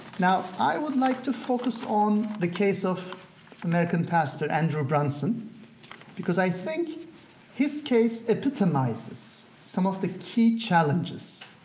now, i would like to focus on the case of american pastor andrew brunson because i think his case epitomizes some of the key challenges